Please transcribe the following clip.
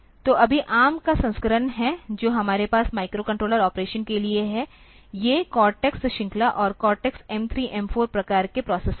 तो अभी ARM का संस्करण है जो हमारे पास माइक्रोकंट्रोलर ऑपरेशन के लिए हैं ये कॉर्टेक्स श्रृंखला और कॉर्टेक्स m3m 4 प्रकार के प्रोसेसर हैं